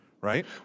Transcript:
right